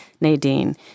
Nadine